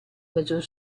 maggior